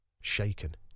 Shaken